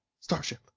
starship